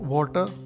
Water